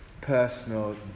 personal